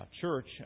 Church